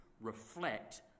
reflect